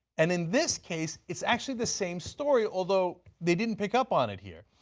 and in this case it's actually the same story, although they didn't pick up on it here.